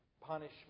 punishment